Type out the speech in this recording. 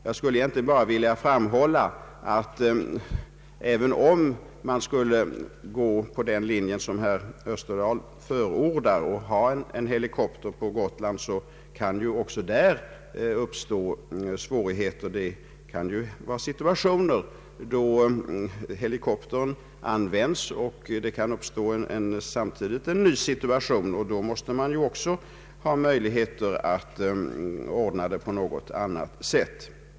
Jag vill egentligen bara framhålla att även om en sådan linje som herr Österdahl förordar skulle följas och en helikopter stationeras på Gotland, så kan det ju ändå uppstå svårigheter. Helikoptern kan vara ute på ett uppdrag samtidigt som en ny situation inträffar, och då måste man ju ha möjlighet att klara den på något annat sätt.